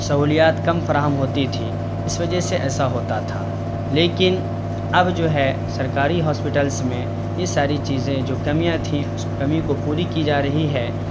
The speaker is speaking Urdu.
سہولیات کم فراہم ہوتی تھی اس وجہ سے ایسا ہوتا تھا لیکن اب جو ہے سرکاری ہاسپٹلس میں یہ ساری چیزیں جو کمیاں تھیں اس کمی کو پوری کی جا رہی ہے